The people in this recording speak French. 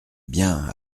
bien